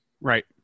Right